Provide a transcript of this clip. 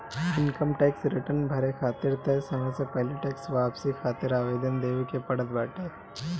income tax return भरे खातिर तय समय से पहिले टेक्स वापसी खातिर आवेदन देवे के पड़त बाटे